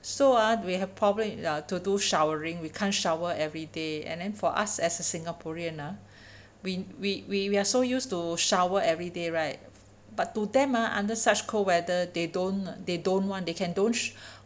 so ah we have problem uh to do showering we can't shower everyday and then for us as a singaporean ah we we we we are so used to shower everyday right but to them ah under such cold weather they don't they don't one they can don't